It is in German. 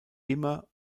immer